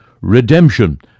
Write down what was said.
Redemption